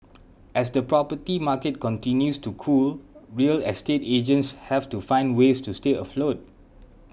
as the property market continues to cool real estate agents have to find ways to stay afloat